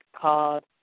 called